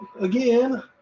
again